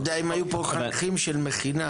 אתה יודע אם היו כאן חניכים של מכינה,